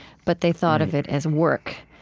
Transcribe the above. but they thought of it as work.